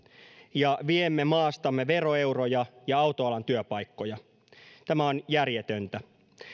ja viemme maastamme veroeuroja ja autoalan työpaikkoja tämä on järjetöntä